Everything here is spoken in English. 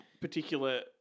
particular